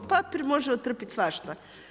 Papir može otrpjeti svašta.